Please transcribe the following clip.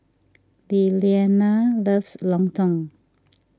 Lilianna loves Lontong